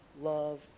love